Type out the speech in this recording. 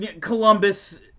Columbus